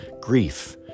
grief